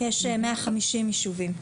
יש כ-150 יישובים.